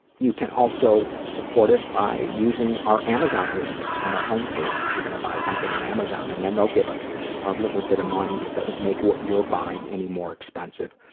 you can also support us by using our amazon link on our homepage if you're gonna buy something on and amazon and then they'll give us a little bit of money and it doesn't make what you're buying any more expensive.